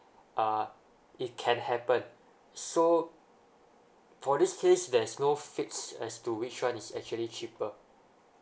uh it can happen so for this case there's no fixed as to which one is actually cheaper